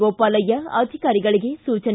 ಗೋಪಾಲಯ್ಯ ಅಧಿಕಾರಿಗಳಿಗೆ ಸೂಚನೆ